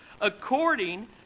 According